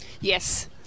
Yes